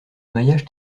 maillage